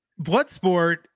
Bloodsport